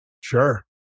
sure